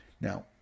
Now